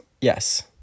yes